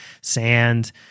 sand